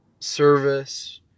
service